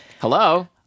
Hello